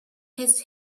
his